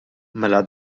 mela